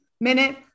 minute